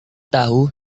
tahu